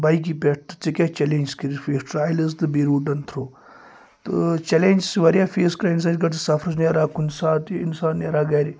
بایکہِ پٮ۪ٹھ ژےٚ کیٛاہ چَلینجِز کٔرِتھ فیس ٹرایلٕز تہٕ بیٚیہِ روٗٹَن تھرٛوٗ تہٕ چَلینجِز چھِ وارِیاہ فیس کران اِنسان یِژھِ گرِ سُہ سفرس نیران کُنہِ ساتہٕ تہِ اِنسان نیران گَرِ